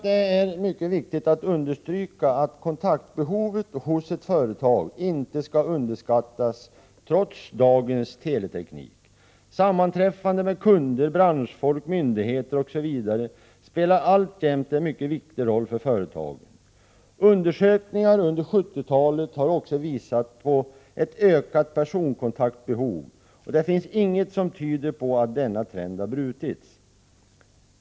Det är viktigt att understryka att kontaktbehovet hos ett företag inte skall underskattas trots dagens teleteknik. Sammanträffanden med kunder, branschfolk, myndigheter osv. spelar alltjämt en mycket viktig roll för företagen. Undersökningar under 1970-talet har också visat på ett ökat personkontaktbehov, och det finns inget som tyder på att denna trend har brutits.